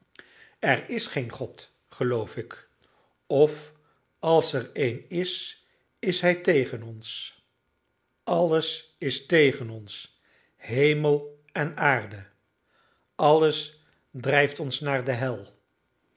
er is geen god geloof ik of als er een is is hij tegen ons alles is tegen ons hemel en aarde alles drijft ons naar de hel